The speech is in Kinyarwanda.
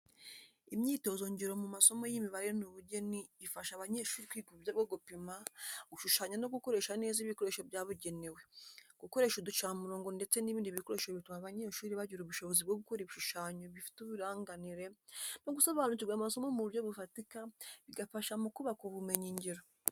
Imyitozo ngiro mu masomo y’imibare n’ubugeni ifasha abanyeshuri kwiga uburyo bwo gupima, gushushanya no gukoresha neza ibikoresho bya byabugenewe. Gukoresha uducamurongo ndetse n’ibindi bikoresho bituma abanyeshuri bagira ubushobozi bwo gukora ibishushanyo bifite uburinganire no gusobanukirwa amasomo mu buryo bufatika, bigafasha mu kubaka ubumenyi ngiro.